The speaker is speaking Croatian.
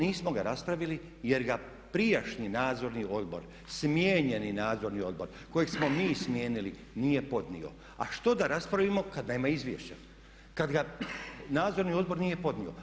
Nije, nismo ga raspravili jer ga prijašnji nadzor, smijenjeni nadzorni odbor kojeg smo mi smijenili nije podnio a što da raspravimo kad nema izvješća, kad ga nadzorni odbor nije podnio.